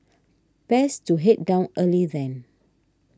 best to head down early then